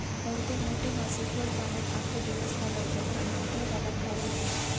बहुतेक मोठे मासे खोल पाण्यात आपलो दिवस घालवतत आणि उथळ भागात खाऊक येतत